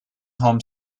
home